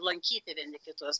lankyti vieni kitus